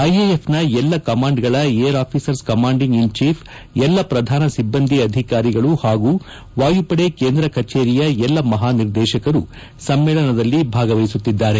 ಐಎಎಫ್ನ ಎಲ್ಲಾ ಕಮಾಂಡ್ಗಳ air officers commanding in chief ಎಲ್ಲಾ ಪ್ರಧಾನ ಸಿಬ್ಬಂದಿ ಅಧಿಕಾರಿಗಳು ಪಾಗೂ ವಾಯುಪಡೆ ಕೇಂದ್ರ ಕಚೇರಿಯ ಎಲ್ಲಾ ಮಹಾನಿರ್ದೇಶಕರು ಸಮ್ಮೇಳನಲ್ಲಿ ಭಾಗವಹಿಸುತ್ತಿದ್ದಾರೆ